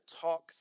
talk